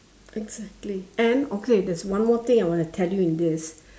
exactly and okay there's one more thing I want to tell you in this